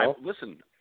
Listen